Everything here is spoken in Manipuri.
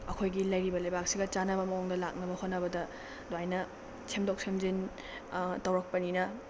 ꯑꯩꯈꯣꯏꯒꯤ ꯂꯩꯔꯤꯕ ꯂꯩꯕꯥꯛꯁꯤꯒ ꯆꯥꯟꯅꯕ ꯃꯑꯣꯡꯗ ꯂꯥꯛꯅꯕ ꯍꯣꯠꯅꯕꯗ ꯑꯗꯨꯃꯥꯏꯅ ꯁꯦꯝꯗꯣꯛ ꯁꯦꯝꯖꯤꯟ ꯇꯧꯔꯛꯄꯅꯤꯅ